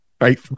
right